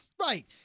Right